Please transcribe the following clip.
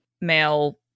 male